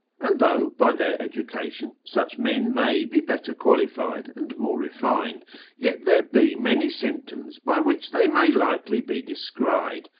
and though by their education such men may be better qualified, and more refined yet there be many symptoms by which they may likely be descried,